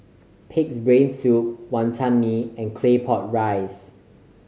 Pig's Brain Soup Wantan Mee and Claypot Rice